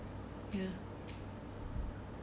ya